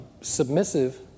submissive